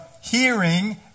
hearing